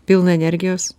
pilną energijos